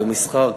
במסחר,